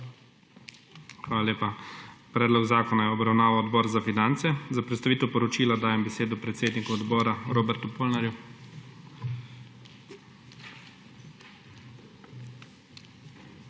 Hvala lepa. Predlog zakona je obravnaval Odbor za finance. Za predstavitev poročila dajem besedo predsedniku odbora Robertu Polnarju. **ROBERT